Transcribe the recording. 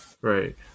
Right